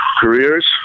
careers